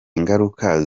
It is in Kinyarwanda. ngaruka